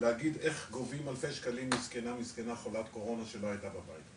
להגיד איך גובים אלפי שקלים מזקנה מסכנה חולת קורונה שלא הייתה בבית,